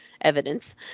evidence